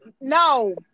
No